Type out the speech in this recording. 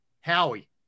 Howie